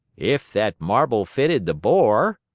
if that marble fitted the bore,